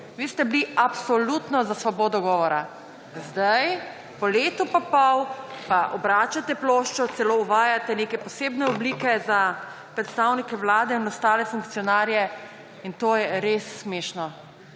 Vi ste bili absolutno za svobodo govora. Sedaj po letu in pol pa obračate ploščo, celo uvajate neke posebne oblike za predstavnike vlade in ostale funkcionarje. In to je res smešno.